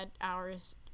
hours